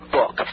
book